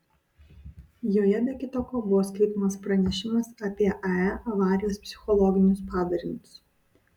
joje be kita ko buvo skaitomas pranešimas apie ae avarijos psichologinius padarinius